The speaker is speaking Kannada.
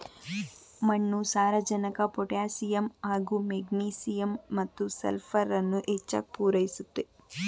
ಮಣ್ಣು ಸಾರಜನಕ ಪೊಟ್ಯಾಸಿಯಮ್ ಹಾಗೂ ಮೆಗ್ನೀಸಿಯಮ್ ಮತ್ತು ಸಲ್ಫರನ್ನು ಹೆಚ್ಚಾಗ್ ಪೂರೈಸುತ್ತೆ